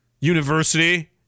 University